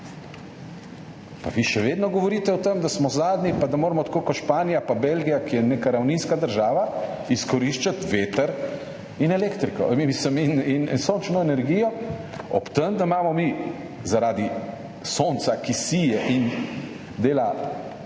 Pa vi še vedno govorite o tem, da smo zadnji, da moramo tako kot Španija in Belgija, ki je neka ravninska država, izkoriščati veter in sončno energijo, ob tem, da imamo mi zaradi sonca, ki sije in dela,